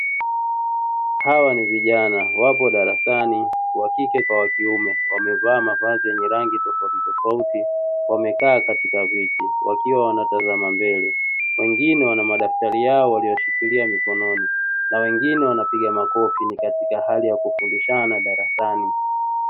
Hawa ni vijana wapo darasani wa kike kwa wakiume wamevaa mavazi yenye rangi tofauti tofauti wamekaa katika viti wakiwa wanatazama mbele, wengine wana madaftari yao waliyoyashikilia mikononi ma wengine wanapiga makofi ni katika hali ya kufundishana darasani.